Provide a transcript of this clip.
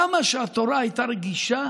כמה שהתורה הייתה רגישה